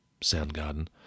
Soundgarden